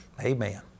Amen